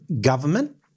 government